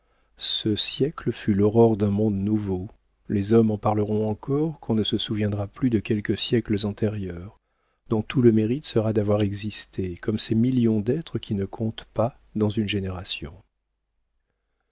ce siècle fut l'aurore d'un monde nouveau les hommes en parleront encore qu'on ne se souviendra plus de quelques siècles antérieurs dont tout le mérite sera d'avoir existé comme ces millions d'êtres qui ne comptent pas dans une génération